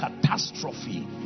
catastrophe